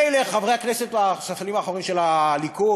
מילא חברי הכנסת בספסלים האחרונים של הליכוד